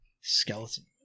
skeleton